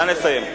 נא לסיים.